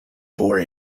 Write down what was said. for